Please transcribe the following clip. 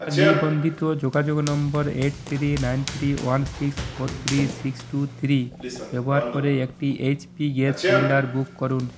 আমার নিবন্ধিত যোগাযোগ নম্বর eight three nine three one six four three six two three ব্যবহার করে একটি এইচপি গ্যাস সিলিন্ডার বুক করুন